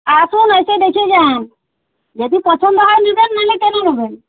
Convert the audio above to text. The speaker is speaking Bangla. আসুন এসে দেখে যান যদি পছন্দ হয় নেবেন নাহলে কেন নেবেন